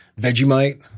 Vegemite